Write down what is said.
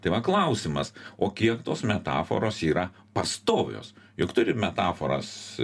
tai va klausimas o kiek tos metaforos yra pastovios juk turi metaforas